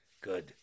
good